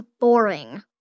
boring